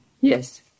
yes